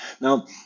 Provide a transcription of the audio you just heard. Now